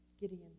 Gideon